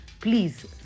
please